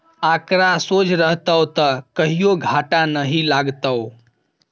आंकड़ा सोझ रहतौ त कहियो घाटा नहि लागतौ